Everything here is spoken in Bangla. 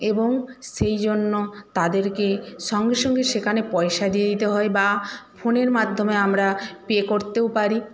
এবং সেই জন্য তাদেরকে সঙ্গে সঙ্গে সেখানে পয়সা দিয়ে দিতে হয় বা ফোনের মাধ্যমে আমরা পে করতেও পারি